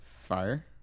Fire